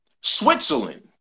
Switzerland